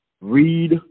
read